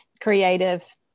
creative